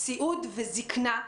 סיעוד וזקנה.